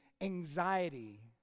anxiety